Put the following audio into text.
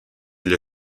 igl